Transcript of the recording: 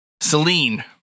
Celine